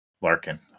Larkin